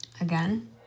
again